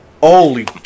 Holy